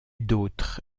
d’autre